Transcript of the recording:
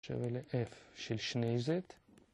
שווה ל-F של שני Z